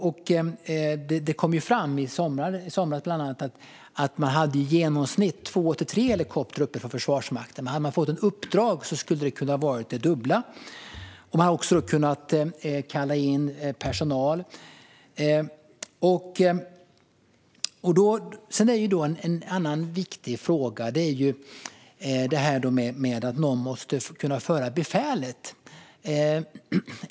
I somras kom det bland annat fram att Försvarsmakten hade i genomsnitt två eller tre helikoptrar uppe, men hade man fått ett uppdrag hade det kunnat vara det dubbla. Man hade då också kunnat kalla in personal. En annan viktig fråga är att någon måste kunna föra befälet.